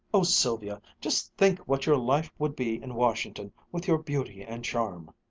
oh, sylvia, just think what your life would be in washington with your beauty and charm!